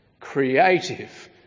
creative